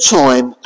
time